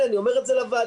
הנה אני אומר את זה לוועדה,